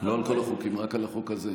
לא על כל החוקים, רק על החוק הזה.